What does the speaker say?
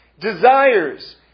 desires